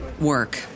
work